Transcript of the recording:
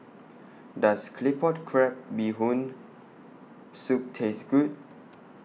Does Claypot Crab Bee Hoon Soup Taste Good